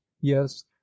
yes